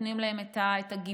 נותנות להם את הגיבוי,